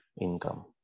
income